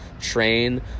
train